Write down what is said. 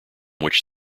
which